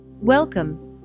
Welcome